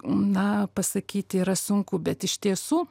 na pasakyti yra sunku bet iš tiesų